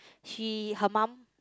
he her mum